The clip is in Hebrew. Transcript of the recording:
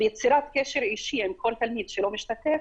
ויצירת קשר אישי עם כל תלמיד שלא משתתף,